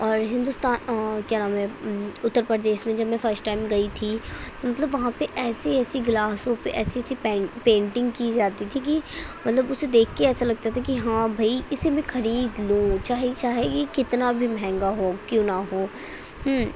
اور ہندوستان کیا نام ہے اتّر پردیش میں جب میں فسٹ ٹائم گئی تھی تو مطلب وہاں پہ ایسی ایسی گلاسوں پہ ایسی ایسی پین پینٹنگ کی جاتی تھی کہ مطلب اسے دیکھ کے ایسا لگتا تھا کہ ہاں بھئی اسے میں کھرید لوں چاہے چاہے یہ کتنا بھی مہنگا ہو کیوں نہ ہو